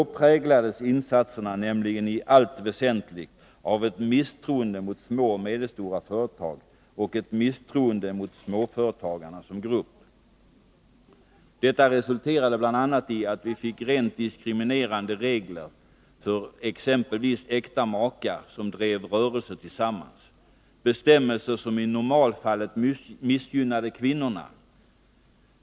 Då präglades insatserna nämligen i allt väsentligt av ett misstroende mot de små och medelstora företagen och ett misstroende mot småföretagarna som grupp. Detta resulterade bl.a. i att vi fick rent diskriminerande regler för exempelvis äkta makar som drev rörelse tillsammans, bestämmelser som i normalfallet missgynnade kvinnorna.